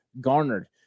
garnered